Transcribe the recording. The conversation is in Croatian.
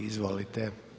Izvolite.